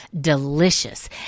delicious